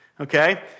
okay